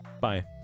Bye